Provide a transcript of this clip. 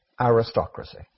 aristocracy